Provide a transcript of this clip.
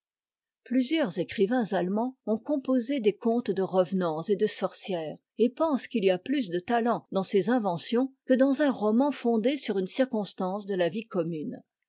plusieurs écrivains allemands ont composé des contes de revenants et de sorcières et pensent qu'il y a plus de talent dans ces inventions que dans un roman fondé sur une circonstance de la vie commune